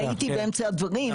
אני הייתי באמצע הדברים,